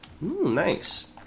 Nice